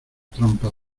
trampa